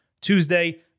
Tuesday